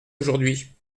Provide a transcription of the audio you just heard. aujourd’hui